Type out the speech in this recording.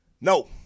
No